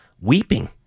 weeping